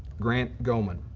grant gohman,